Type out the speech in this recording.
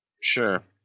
Sure